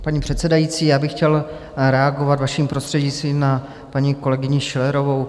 Paní předsedající, já bych chtěl reagovat, vaším prostřednictvím, na paní kolegyni Schillerovou.